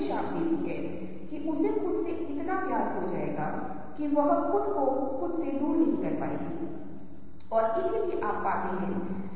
अब यह एक ऐसी चीज है जिसे मैंने पहले ही आपके साथ साझा किया है लेकिन अगर आप इस पर गौर करें तो नीले और हरे रंग का प्रभुत्व शांत रहने की भावना रखता है